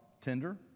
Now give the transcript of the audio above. tender